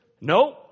no